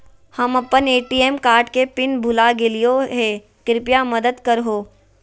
हम अप्पन ATM card के पिन भुला गेलिओ हे कृपया मदद कर हो